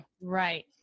Right